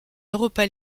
europa